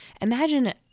Imagine